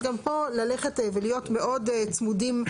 אז גם פה ללכת ולהיות מאוד צמודים לאירופה.